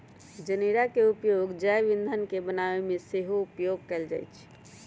जनेरा के उपयोग जैव ईंधन के बनाबे में सेहो उपयोग कएल जाइ छइ